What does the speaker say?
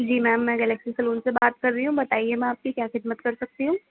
جی ma'am میں galaxy salon سے بات کر رہی ہوں بتائیے میں آپ کی کیا خدمت کر سکتی ہوں